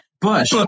Bush